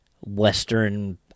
Western